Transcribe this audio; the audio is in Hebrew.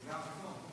זה גם צום.